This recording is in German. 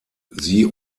sie